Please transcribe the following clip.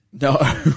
No